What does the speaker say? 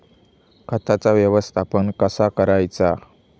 खताचा व्यवस्थापन कसा करायचा?